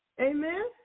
Amen